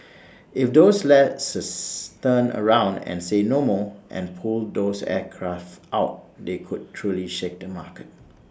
if those lessors turn around and say 'no more' and pull those aircraft out they could truly shake the market